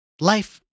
life